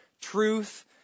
truth